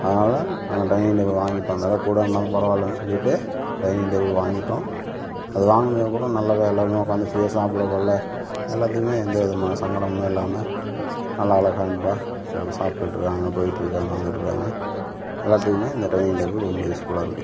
அதனால் நாங்கள் dining table வாங்கிட்டோம் வில கூடருந்தாலும் பரவால்லன்னு சொல்லிட்டு டைனிங் டேபிள் வாங்கிட்டோம் அது வாங்கினதுக்கப்பறம் நல்லாதான் எல்லாருமே உக்கார்ந்து ஃப்ரீயாக சாப்புடக்கொள்ள எல்லாத்துக்குமே எந்தவிதமான சங்கடமும் இல்லாமல் நல்ல அழகாக அன்பாக எல்லாரும் சாப்பிட்டுட்ருக்காங்க போய்ட்ருக்காங்க வந்துட்டுருக்காங்க எல்லாத்துக்குமே இந்த டைனிங் டேபிள் ரொம்ப யூஸ் ஃபுல்லாருக்கும்